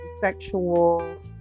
sexual